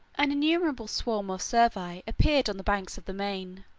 an innumerable swarm of suevi appeared on the banks of the mein,